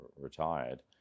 retired